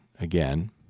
again